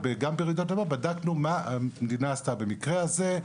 וגם ברעידת אדמה בדקנו מה המדינה עשתה במקרה הזה.